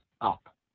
up